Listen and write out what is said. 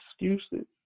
excuses